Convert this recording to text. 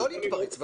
לא להתפרץ,